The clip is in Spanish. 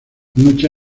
mucha